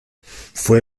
fue